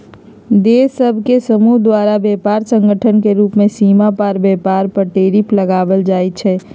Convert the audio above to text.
देश सभ के समूह द्वारा व्यापार संगठन के रूप में सीमा पार व्यापार पर टैरिफ लगायल जाइ छइ